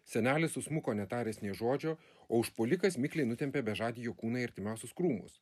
senelis susmuko netaręs nė žodžio o užpuolikas mikliai nutempė bežadį jo kūną į artimiausius krūmus